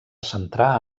centrar